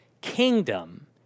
kingdom